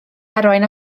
arwain